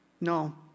No